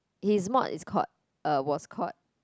his mod is called uh was called